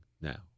now